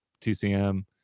TCM